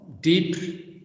deep